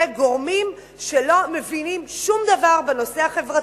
גורמים שלא מבינים שום דבר בנושא החברתי,